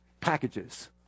Packages